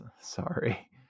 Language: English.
Sorry